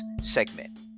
segment